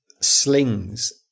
slings